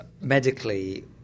medically